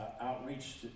outreach